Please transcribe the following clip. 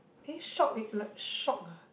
eh shock eh like shock ah